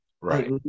right